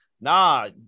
nah